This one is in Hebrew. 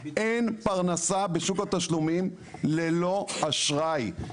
אין פרנסה בשוק התשלומים ללא אשראי.